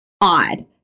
odd